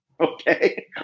okay